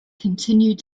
continued